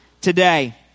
today